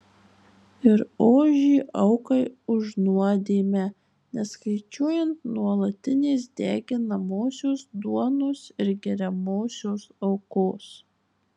ir ožį aukai už nuodėmę neskaičiuojant nuolatinės deginamosios duonos ir geriamosios aukos